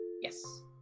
Yes